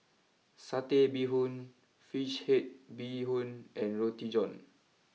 Satay Bee Hoon Fish Head Bee Hoon and Roti John